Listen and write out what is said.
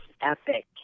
epic